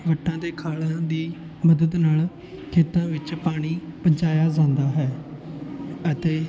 ਵੱਟਾਂ ਅਤੇ ਖਾਲਾਂ ਦੀ ਮਦਦ ਨਾਲ ਖੇਤਾਂ ਵਿੱਚ ਪਾਣੀ ਪਹੁੰਚਾਇਆ ਜਾਂਦਾ ਹੈ ਅਤੇ